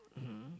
mmhmm